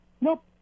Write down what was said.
Nope